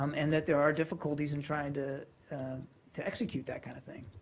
um and that there are difficulties in trying to to execute that kind of thing.